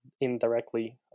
indirectly